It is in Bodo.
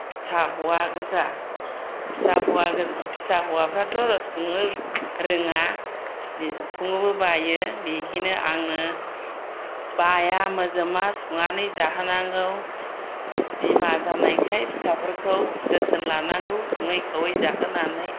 फिसा हौवागोजा फिसा हौवाफोराथ' संनो रोङा संनोबो बायो बिदिनो आङो बाया मोजोमा संनानै जाहोनांगौ बिमा जानायखाय फिसाफोरखौ जोथोन लानांगौ सङै खावै जाहोनानै